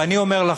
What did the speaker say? ואני אומר לכם,